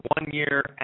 one-year